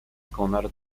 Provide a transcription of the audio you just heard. konar